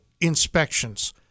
inspections